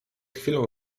chwilą